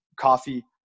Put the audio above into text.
coffee